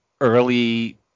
early